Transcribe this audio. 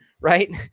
right